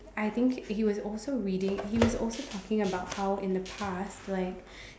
I think he was also reading he was also talking about how in the past like